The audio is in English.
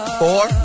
four